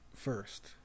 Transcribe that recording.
first